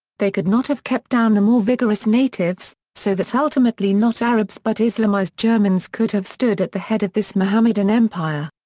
they could not have kept down the more vigorous natives, so that ultimately not arabs but islamized germans could have stood at the head of this mohammedan empire.